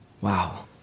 Wow